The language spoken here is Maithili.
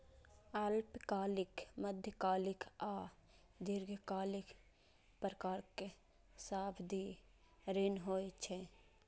अल्पकालिक, मध्यकालिक आ दीर्घकालिक प्रकारक सावधि ऋण होइ छै